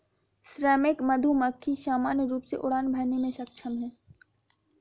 श्रमिक मधुमक्खी सामान्य रूप से उड़ान भरने में सक्षम हैं